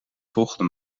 volgende